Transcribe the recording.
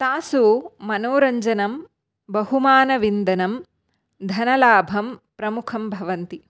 तासु मनोरञ्जनं बहुमानविन्दनं धनलाभं प्रमुखं भवन्ति